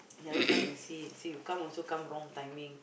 never come and see you come also come wrong timing